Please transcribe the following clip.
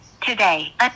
today